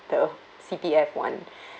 the C_P_F one